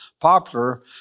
popular